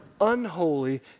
unholy